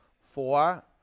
four